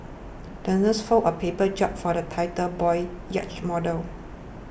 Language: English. the nurse folded a paper jib for the title boy's yacht model